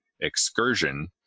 excursion